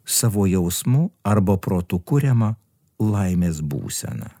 savo jausmų arba protu kuriamą laimės būseną